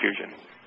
confusion